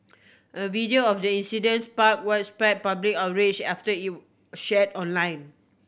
a video of the incident spark widespread public outrage after it were share online